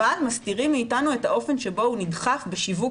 אבל מסתירים מאתנו את האופן שבו הוא נדחף בשיווק